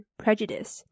prejudice